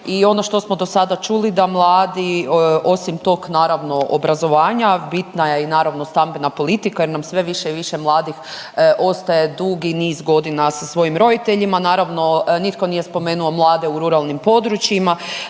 i ono što smo do sada čuli da mladi osim tog naravno obrazovanja bitna je i naravno i stambena politika jer nam sve više i više mladih ostaje dugi niz godina sa svojim roditeljima. Naravno nitko nije spomenuo mlade u ruralnim područjima,